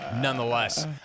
nonetheless